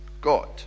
God